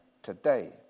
today